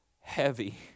heavy